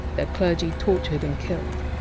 their clergy tortured and killed.